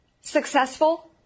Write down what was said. Successful